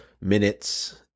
minutes